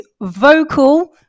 vocal